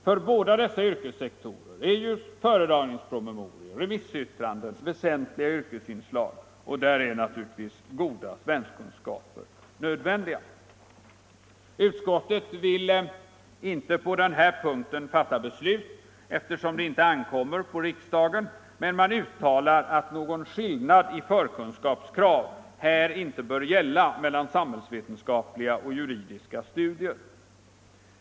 För båda dessa yrkessektorer är föredragningspromemorior och remissyttranden väsentliga yrkesinslag och där är naturligtvis goda svenskkunskaper nödvändiga. Utskottet vill inte på den här punkten fatta beslut eftersom det inte ankommer på riksdagen, men utskottet uttalar att någon skillnad i förkunskapskrav inte bör gälla mellan samhällsvetenskapliga och juridiska studier.